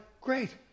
great